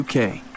UK